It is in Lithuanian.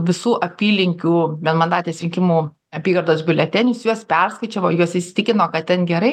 visų apylinkių vienmandatės rinkimų apygardos biuletenius juos perskaičiavo juos įsitikino kad ten gerai